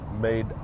made